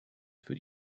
für